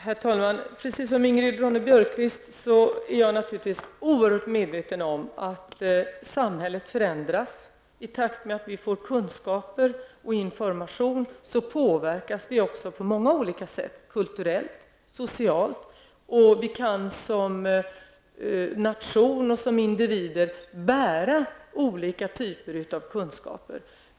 Herr talman! Precis som Ingrid Ronne-Björkqvist är jag naturligtvis oerhört medveten om att samhället förändras. I takt med att vi får kunskap och information påverkas vi på många olika sätt, kulturellt och socialt. Som nation och som individer kan vi bära olika typer av kunskaper.